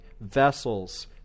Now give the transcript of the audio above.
Vessels